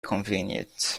convenient